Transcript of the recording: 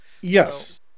Yes